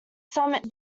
some